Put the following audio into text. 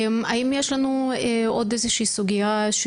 האם יש לנו עוד איזושהי סוגייה?